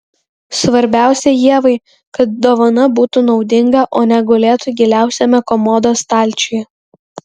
svarbiausia ievai kad dovana būtų naudinga o ne gulėtų giliausiame komodos stalčiuje